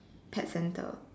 pet center